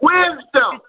Wisdom